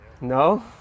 No